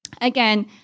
Again